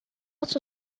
lots